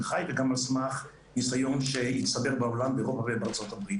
חי וגם על סמך ניסיון שהצטבר בעולם באירופה ובארצות הברית.